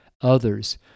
others